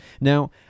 Now